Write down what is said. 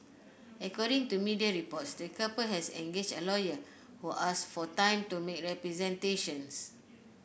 according to media reports the couple has engaged a lawyer who asked for time to make representations